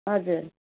हजुर